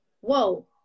whoa